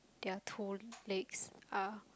their two legs are